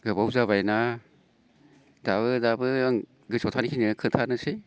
गोबाव जाबायना दाबो दाबो आं गोसोआव थानायखिनिखौ खोथानोसै